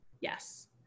Yes